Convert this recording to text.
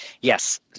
Yes